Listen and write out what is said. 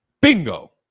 bingo